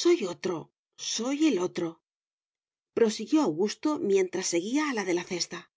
soy otro soy el otroprosiguió augusto mientras seguía a la de la cesta